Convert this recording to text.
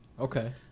Okay